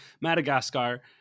madagascar